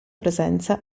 presenza